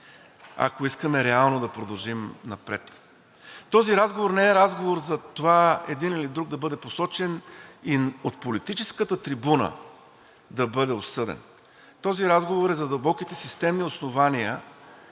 ако искаме реално да продължим напред. Този разговор не е разговор за това един или друг да бъде посочен и от политическата трибуна да бъде осъден. Този разговор е за дълбоките системни основания